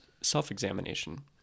self-examination